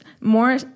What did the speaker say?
more